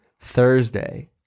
Thursday